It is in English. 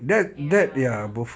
ya